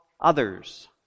others